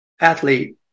athlete